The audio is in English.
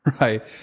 Right